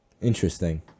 Interesting